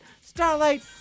Starlight